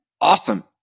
awesome